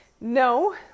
No